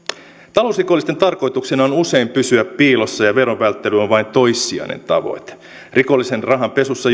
talousrikollisten tarkoituksena on usein pysyä piilossa ja verovälttely on vain toissijainen tavoite rikollisen rahanpesussa